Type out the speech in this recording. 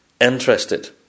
interested